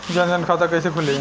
जनधन खाता कइसे खुली?